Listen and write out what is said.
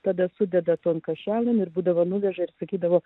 tada sudeda tvarka šiandien ir būdavo nuveža ir sakydavo